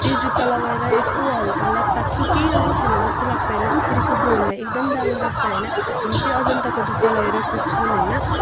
त्यो जुत्ता लगाएर यस्तो हल्का लाग्छ कि केही लगाएको छैन जस्तो लाग्छ होइन त्यसरी कुद्नु हामीलाई एकदम दामी लाग्छ होइन हामी चाहिँ अजन्ताको जुत्ता लगाएर कुद्छौँ होइन